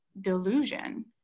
delusion